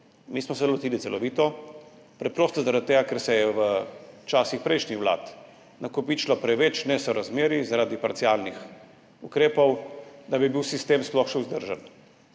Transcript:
Mi smo se lotili celovito, preprosto zaradi tega, ker se je v časih prejšnjih vlad nakopičilo preveč nesorazmerij zaradi parcialnih ukrepov, da bi bil sistem sploh še vzdržen.